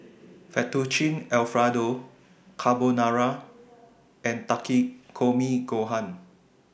Fettuccine Alfredo Carbonara and Takikomi Gohan